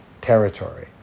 territory